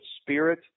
spirit